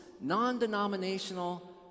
non-denominational